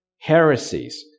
heresies